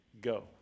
go